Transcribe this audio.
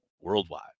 worldwide